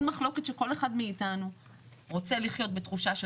אין מחלוקת שכל אחד מאתנו רוצה לחיות בתחושה של